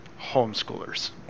Homeschoolers